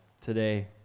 today